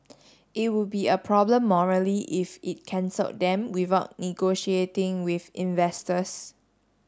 it would be a problem morally if it cancelled them without negotiating with investors